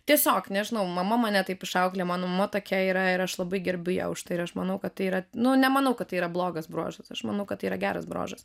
tiesiog nežinau mama mane taip išauklėjo mama tokia yra ir aš labai gerbiu ją už tai aš manau kad tai yra nu nemanau kad tai yra blogas bruožas aš manau kad tai yra geras bruožas